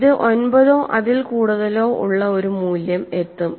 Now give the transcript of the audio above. ഇത് ഒൻപതോ അതിൽ കൂടുതലോ ഉള്ള ഒരു മൂല്യം എത്തും